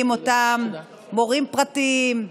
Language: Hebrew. אם אותם מורים פרטיים,